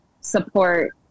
support